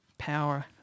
power